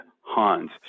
Hans